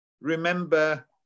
remember